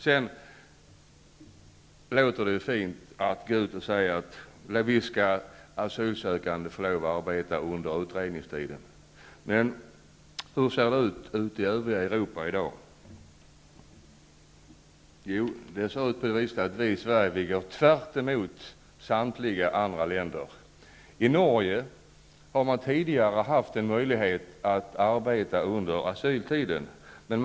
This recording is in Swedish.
Sedan låter det fint att säga att visst skall asylsökande få lov att arbeta under utredningstiden. Men hur ser det ut i övriga Europa i dag? Jo, utvecklingen i Sverige går tvärtemot den i alla andra länder. I Norge hade asylsökande tidigare möjlighet att arbeta under utredningstiden.